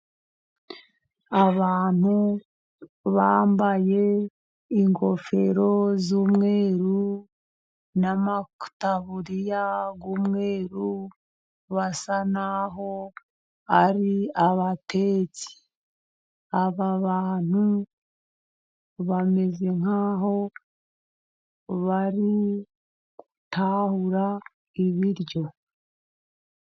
Abantu bambaye ingofero z'umweru n'amataburiya y'umweru basa n'aho ari abatetsi. Aba bantu bameze nk'aho bari gutahura ibiryo.